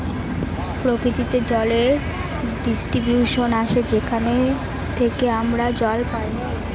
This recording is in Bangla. প্রকৃতিতে জলের ডিস্ট্রিবিউশন আসে যেখান থেকে আমরা জল পাই